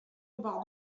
بعض